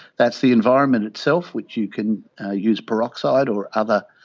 that's the environment itself which you can use peroxide or other